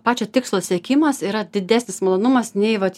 pačio tikslo siekimas yra didesnis malonumas nei vat